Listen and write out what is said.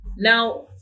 Now